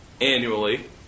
annually